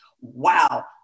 Wow